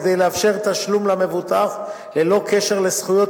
כדי לאפשר תשלום למבוטח ללא קשר לזכויות